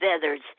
feathers